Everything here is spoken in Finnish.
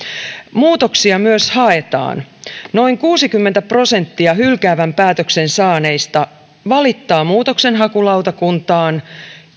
muutoksia myös haetaan noin kuusikymmentä prosenttia hylkäävän päätöksen saaneista valittaa muutoksenhakulautakuntaan